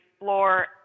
explore